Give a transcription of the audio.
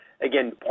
again